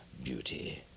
beauty